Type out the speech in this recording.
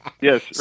Yes